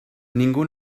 ningú